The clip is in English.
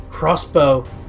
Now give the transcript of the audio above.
Crossbow